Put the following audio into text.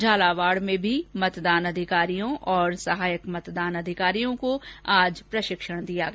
झालावाड़ में भी मतदान अधिकारियों और सहायक मतदान अधिकारियों को प्रशिक्षण दिया गया